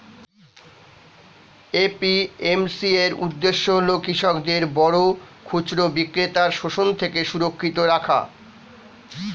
APMC এর উদ্দেশ্য হল কৃষকদের বড় খুচরা বিক্রেতার শোষণ থেকে সুরক্ষিত রাখা